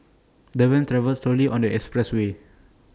the van travelled slowly on the expressway